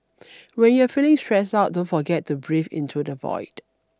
when you are feeling stressed out don't forget to breathe into the void